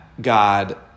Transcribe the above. God